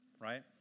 right